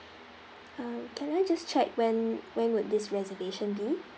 um can I just check when when would this reservation be